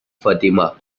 fatima